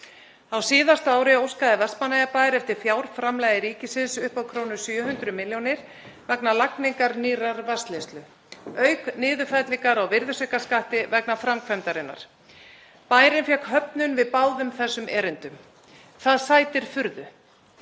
Á síðasta ári óskaði Vestmannaeyjabær eftir fjárframlagi ríkisins upp á 700 millj. kr. vegna lagningar nýrrar vatnsleiðslu auk niðurfellingar á virðisaukaskatti vegna framkvæmdarinnar. Bærinn fékk höfnun við báðum þessum erindum. Það sætir furðu.